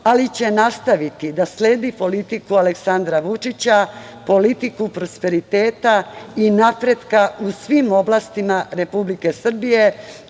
ali će nastaviti da sledi politiku Aleksandra Vučića, politiku prosperiteta i napretka u svim oblastima Republike Srbije,